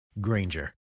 Granger